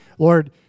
Lord